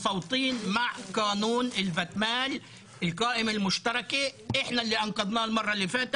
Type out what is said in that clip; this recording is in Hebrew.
אני פותח את ישיבת ועדת הפנים והגנת הסביבה לדיון בהצעת